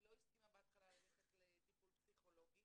היא לא הסכימה בהתחלה ללכת לטיפול פסיכולוגי